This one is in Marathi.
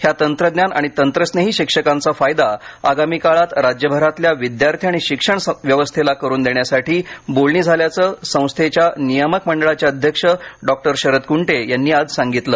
ह्या तंत्रज्ञान आणि तंत्रस्रेही शिक्षकांचा फायदा आगामी काळात राज्यभरातल्या विद्यार्थी आणि शिक्षण व्यवस्थेला करून देण्यासाठी बोलणी झाल्याचं संस्थेच्या नियामक मंडळाचे अध्यक्ष डॉक्टर शरद कुंटे यांनी आज सांगितलं